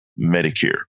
Medicare